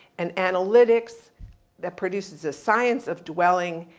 and analytics that produces a science of dwelling.